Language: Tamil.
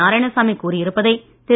நாராயணசாமி கூறியிருப்பதை திரு